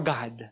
God